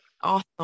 Awesome